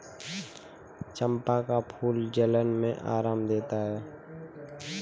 चंपा का फूल जलन में आराम देता है